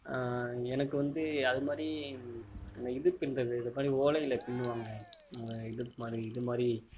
எனக்கு வந்து அதமாதிரி இந்த இது பின்னுறது இந்தமாதிரி ஓலையில் பின்னுவாங்க இதுமாதிரி இதுமாதிரி